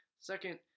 Second